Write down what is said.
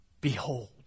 behold